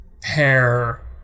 pair